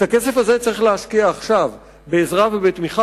את הכסף הזה צריך להשקיע עכשיו בעזרה ובתמיכה